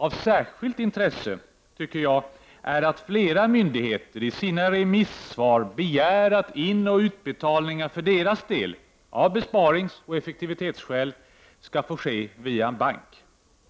Av särskilt intresse, tycker jag, är att flera myndigheter i sina remissvar begär att inoch utbetalningar för deras del — av besparingsoch effektivitetsskäl — skall få ske via bank. Det